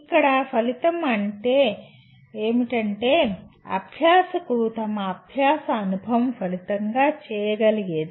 ఇక్కడ ఫలితం ఏమిటంటే అభ్యాసకుడు తమ అభ్యాస అనుభవం ఫలితంగా చేయగలిగేది